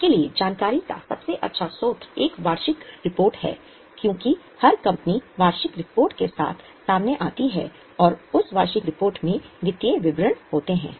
आपके लिए जानकारी का सबसे अच्छा स्रोत एक वार्षिक रिपोर्ट है क्योंकि हर कंपनी वार्षिक रिपोर्ट के साथ सामने आती है और उस वार्षिक रिपोर्ट में वित्तीय विवरण होते हैं